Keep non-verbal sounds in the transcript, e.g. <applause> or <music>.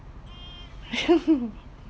<laughs>